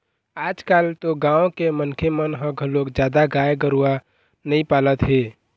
आजकाल तो गाँव के मनखे मन ह घलोक जादा गाय गरूवा नइ पालत हे